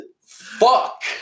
fuck